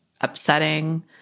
upsetting